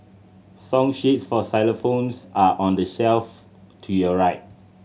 song sheets for xylophones are on the shelf to your right